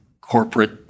corporate